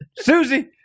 Susie